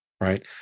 right